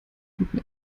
guten